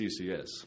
CCS